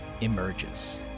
emerges